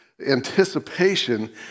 anticipation